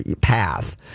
path